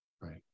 Right